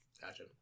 Gotcha